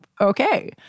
okay